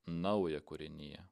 naują kūriniją